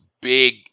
big